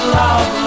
love